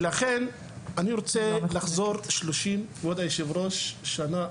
אבל אני כן רוצה לחזור 30 שנה אחורה.